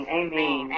amen